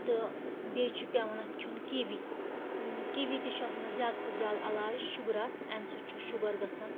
تہٕ بیٚیہِ چھُ پٮ۪وان اَتھ کھیوٚن کِوِی کِوِی تہِ چھُ آسان اَتھ زیادٕ کھۄتہٕ زیادٕ علاج شُگرَس اَمہِ سۭتۍ چھُ شُگر گژھان